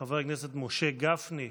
חבר הכנסת משה גפני,